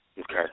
Okay